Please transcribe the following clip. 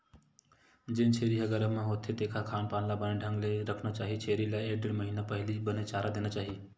जेन छेरी ह गरभ म होथे तेखर खान पान ल बने ढंग ले रखना चाही छेरी ल एक ढ़ेड़ महिना पहिली बने चारा देना चाही